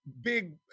big